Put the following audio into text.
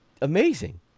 amazing